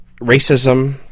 racism